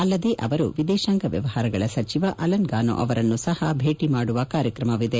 ಅಲ್ಲದೆ ಅವರು ವಿದೇತಾಂಗ ವ್ಯವಹಾರಗಳ ಸಚಿವ ಅಲನ್ಗಾನೊ ಅವರನ್ನು ಸಹ ಭೇಟಿ ಮಾಡುವ ಕಾರ್ಯಕ್ರಮವಿದೆ